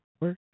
work